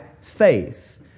faith